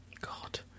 God